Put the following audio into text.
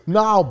Now